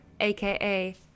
aka